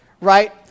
Right